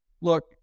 Look